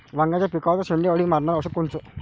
वांग्याच्या पिकावरचं शेंडे अळी मारनारं औषध कोनचं?